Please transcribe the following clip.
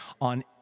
on